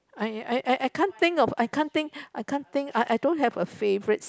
I I I can't think of I can't think I can't think I don't have a favourite